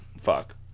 Fuck